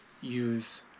use